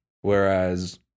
Whereas